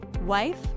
wife